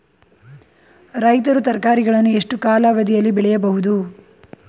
ರೈತರು ತರಕಾರಿಗಳನ್ನು ಎಷ್ಟು ಕಾಲಾವಧಿಯಲ್ಲಿ ಬೆಳೆಯಬಹುದು?